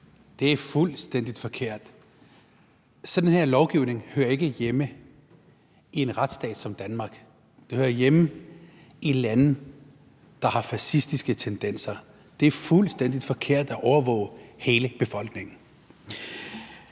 det er fuldstændig forkert. Sådan en lovgivning her hører ikke hjemme i en retsstat som Danmark, men hører hjemme i lande, der har fascistiske tendenser; det er fuldstændig forkert at overvåge hele befolkningen.